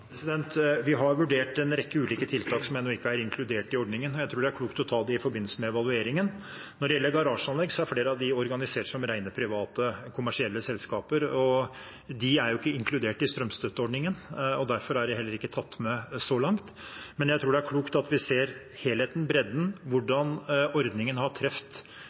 Vi har vurdert en rekke ulike tiltak som ennå ikke er inkludert i ordningen. Jeg tror det er klokt å ta det i forbindelse med evalueringen. Når det gjelder garasjeanlegg, er flere av dem organisert som rene private, kommersielle selskaper. De er ikke inkludert i strømstøtteordningen, og derfor er de heller ikke tatt med så langt, men jeg tror det er klokt at vi ser helheten, bredden, hvordan ordningen har